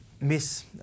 Miss